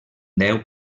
deu